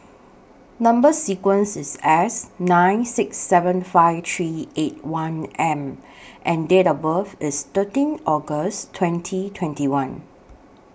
Number sequence IS S nine six seven five three eight one M and Date of birth IS thirteen August twenty twenty one